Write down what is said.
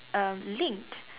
uh linked